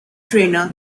trainer